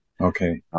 Okay